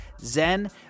zen